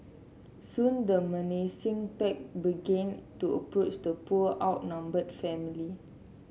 soon the menacing pack began to approach the poor outnumbered family